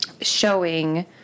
showing